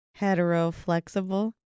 heteroflexible